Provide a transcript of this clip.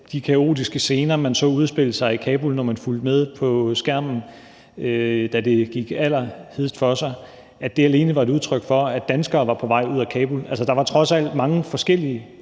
de kaotiske scener, man så udspille sig i Kabul, når man fulgte med på skærmen, da det gik allerhedest for sig, alene var et udtryk for, at danskere var på vej ud af Kabul. Altså, der var trods alt mange forskellige